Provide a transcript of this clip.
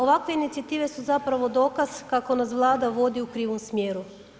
Ovakve inicijative su zapravo dokaz kako nas Vlada vodi u krivom smjeru.